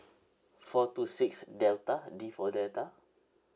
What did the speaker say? four two six delta D for delta